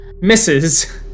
Misses